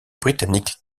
britannique